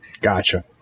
Gotcha